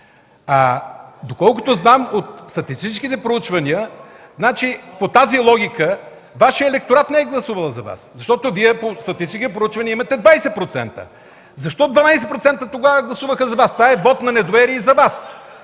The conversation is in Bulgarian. а доколкото знам от статистическите проучвания, по тази логика Вашият електорат не е гласувал за Вас, защото Вие по статистически проучвания имате 20%. Защо тогава 12% гласуваха за Вас? Това е вот на недоверие и за Вас.